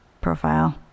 profile